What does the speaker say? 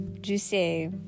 Juicy